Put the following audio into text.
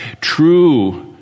True